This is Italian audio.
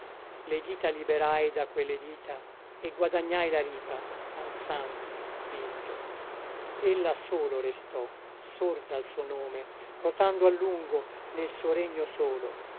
le dita liberai da quelle dita e guadagnai la ripa ansante vinto ella sola restò sorda al suo nome rotando a lungo nel suo regno solo